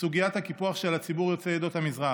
סוגיית הקיפוח של ציבור יוצאי עדות המזרח,